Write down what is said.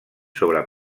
sobre